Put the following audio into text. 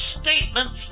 statements